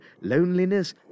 loneliness